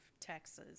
Texas